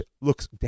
looks